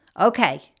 Okay